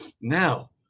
now